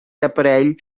aparell